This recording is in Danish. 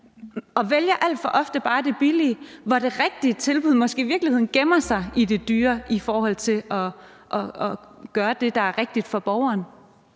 og alt for ofte bare vælger det billige, hvor det rigtige tilbud måske i virkeligheden gemmer sig i det dyre i forhold til at gøre det, der er rigtigt for borgeren?